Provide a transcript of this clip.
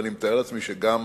ואני מתאר לעצמי שגם